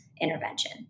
intervention